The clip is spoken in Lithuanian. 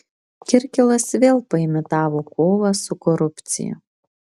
kirkilas vėl paimitavo kovą su korupcija